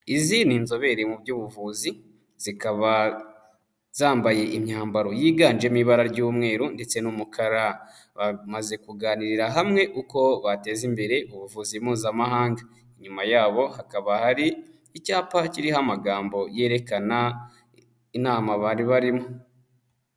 Izi ni inzobere mu by'ubuvuzi, zikaba zambaye imyambaro yiganjemo ibara ry'umweru ndetse n'umukara, bamaze kuganirira hamwe uko bateza imbere ubuvuzi Mpuzamahanga, inyuma yabo hakaba hari icyapa kiriho amagambo yerekana inama bari barimo.